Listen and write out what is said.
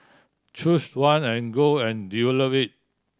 choose one and go and develop it